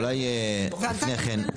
אולי לפני כן,